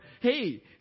hey